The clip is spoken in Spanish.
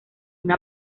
una